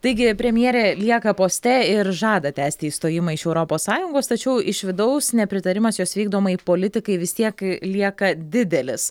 taigi premjerė lieka poste ir žada tęsti išstojimą iš europos sąjungos tačiau iš vidaus nepritarimas jos vykdomai politikai vis tiek lieka didelis